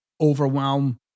overwhelm